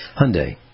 Hyundai